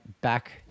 back